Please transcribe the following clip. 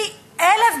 פי-1,000,